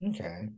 Okay